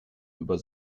über